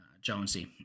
jonesy